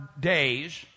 days